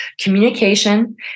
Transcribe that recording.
communication